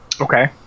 okay